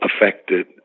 affected